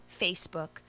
Facebook